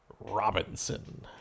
Robinson